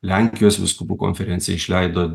lenkijos vyskupų konferencija išleido